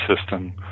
system